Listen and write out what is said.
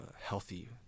healthy